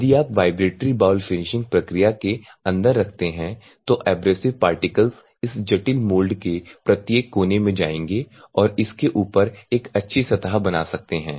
यदि आप vibratory bowl finishing प्रक्रिया के अंदर रखते हैं तो एब्रेसिव पार्टिकल्स इस जटिल मोल्ड के प्रत्येक कोने में जाएंगे और इसके ऊपर एक अच्छी सतह बना सकते हैं